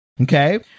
okay